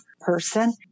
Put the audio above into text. person